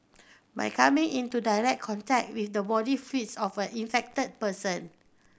by coming into direct contact with the body fluids of an infected person